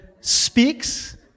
speaks